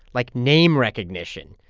like name recognition.